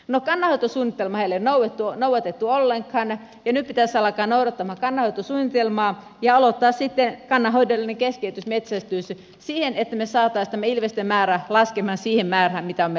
no kannanhoitosuunnitelmaa ei ole noudatettu ollenkaan ja nyt pitäisi alkaa noudattamaan kannanhoitosuunnitelmaa ja aloittaa sitten kannanhoidollinen keskeytysmetsästys siihen että me saisimme tämän ilvesten määrän laskemaan siihen määrään mitä on meillä sovittu